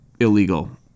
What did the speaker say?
illegal